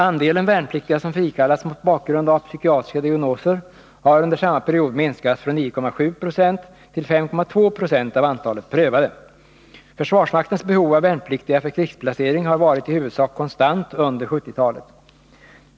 Andelen värnpliktiga som frikallats mot bakgrund av psykiatriska diagnoser har under samma period minskat från 9,7 96 till 5,2 20 av antalet prövade. Försvarsmaktens behov av värnpliktiga för krigsplacering har varit i huvudsak konstant under 1970-talet.